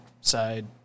Side